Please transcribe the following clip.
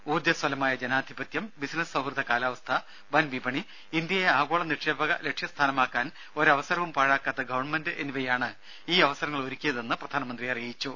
ഊർജ്ജസ്വലമായ ജനാധിപത്യം ബിസിനസ് സൌഹൃദ കാലാവസ്ഥ വൻ വിപണി ഇന്ത്യയെ ആഗോള നിക്ഷേപക ലക്ഷ്യസ്ഥാനമാക്കാൻ ഒരവസരവും പാഴാക്കാത്ത ഗവൺമെന്റ് എന്നിവയാണ് ഈ അവസരങ്ങളൊരുക്കിയതെന്നും പ്രധാനമന്ത്രി അറിയിച്ചു